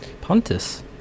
Pontus